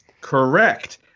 Correct